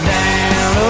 down